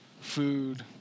food